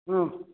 ହଁ